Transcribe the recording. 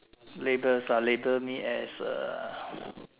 labels ah label me as a